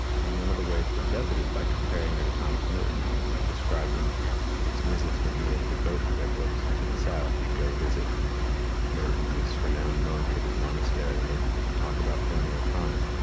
and one of the ways that he does it is by comparing her to thomas merton and describing his visits when he edited both of their books to the south. he'd go visit merton, this renowned monk, at his monastery, and they'd talk about flannery o'connor.